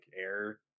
air